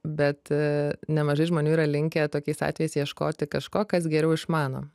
bet nemažai žmonių yra linkę tokiais atvejais ieškoti kažko kas geriau išmano